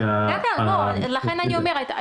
לכן אני אומרת,